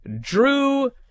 Drew